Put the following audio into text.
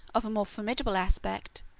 of a more formidable aspect,